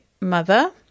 mother